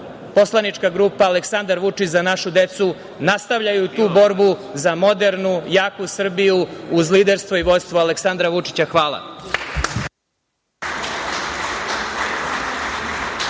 poslanička grupa Aleksandar Vučić – Za našu decu, nastavljaju tu borbu za modernu jaku Srbiju, uz liderstvo i vodstvo Aleksandra Vučića. Hvala.